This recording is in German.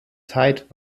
zeit